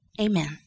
Amen